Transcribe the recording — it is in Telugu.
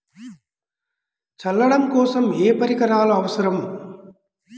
చల్లడం కోసం ఏ పరికరాలు అవసరం?